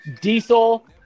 Diesel